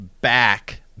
back